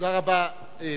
תודה רבה.